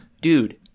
Dude